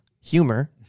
humor